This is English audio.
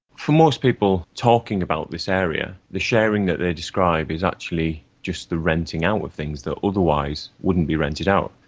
for most people talking about this area, the sharing that they describe is actually just the renting out of things that otherwise wouldn't be rented out.